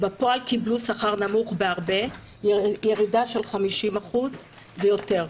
בפועל קיבלו שכר נמוך בהרבה והייתה להם ירידה של 50 אחוזים ויותר.